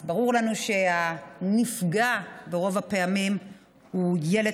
אז ברור לנו שהנפגע ברוב הפעמים הוא ילד